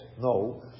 No